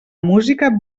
música